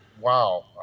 wow